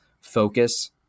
focus